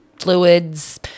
fluids